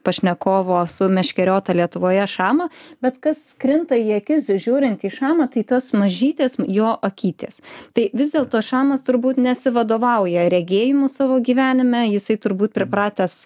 pašnekovo sumeškeriotą lietuvoje šamą bet kas krinta į akis žiūrint į šamą tai tos mažytės jo akytės tai vis dėlto šamas turbūt nesivadovauja regėjimu savo gyvenime jisai turbūt pripratęs